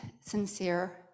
sincere